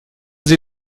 sie